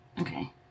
okay